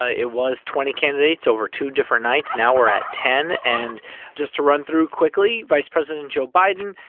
ah it was twenty candidates over two different nights. now we're at ten. and just to run through quickly vice president joe biden,